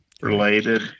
related